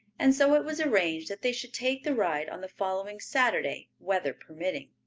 and so it was arranged that they should take the ride on the following saturday, weather permitting.